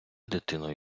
дитину